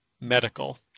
medical